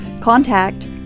contact